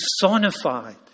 personified